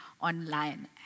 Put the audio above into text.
online